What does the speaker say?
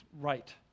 right